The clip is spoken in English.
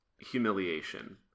humiliation